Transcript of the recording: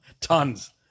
Tons